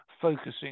focusing